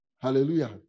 Hallelujah